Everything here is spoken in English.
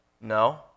No